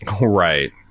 Right